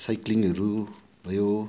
साइक्लिङहरू भयो